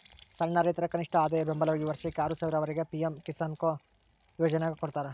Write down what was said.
ಸಣ್ಣ ರೈತರ ಕನಿಷ್ಠಆದಾಯ ಬೆಂಬಲವಾಗಿ ವರ್ಷಕ್ಕೆ ಆರು ಸಾವಿರ ವರೆಗೆ ಪಿ ಎಂ ಕಿಸಾನ್ಕೊ ಯೋಜನ್ಯಾಗ ಕೊಡ್ತಾರ